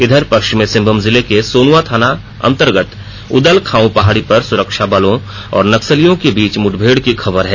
इधर पष्चिमी सिंहभूम जिले के सोनुआ थाना अन्तर्गत उदल खांउ पहाडी पर सुरक्षा बलों और नक्सलियों के बीच मुठभेड की खबर है